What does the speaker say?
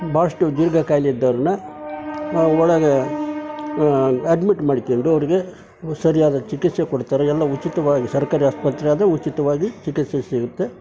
ಬಹಳಷ್ಟು ದೀರ್ಘ ಕಾಯಿಲೆ ಇದ್ದವ್ರನ್ನು ನಾವು ಒಳಗೆ ಅಡ್ಮಿಟ್ ಮಾಡ್ಕೊಂಡು ಅವರಿಗೆ ಸರಿಯಾದ ಚಿಕಿತ್ಸೆ ಕೊಡ್ತಾರೆ ಎಲ್ಲ ಉಚಿತವಾಗಿ ಸರ್ಕಾರಿ ಆಸ್ಪತ್ರೆ ಆದರೆ ಉಚಿತವಾಗಿ ಚಿಕಿತ್ಸೆ ಸಿಗುತ್ತೆ